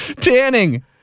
tanning